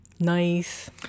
nice